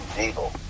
evil